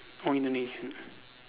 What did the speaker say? or Indonesia